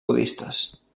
budistes